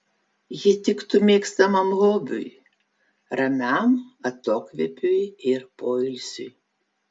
ji tiktų mėgstamam hobiui ramiam atokvėpiui ir poilsiui